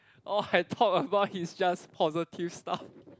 all I talk about is just positive stuff